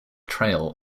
trail